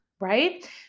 right